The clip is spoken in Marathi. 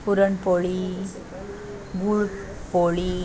पुरणपोळी गुळपोळी